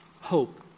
hope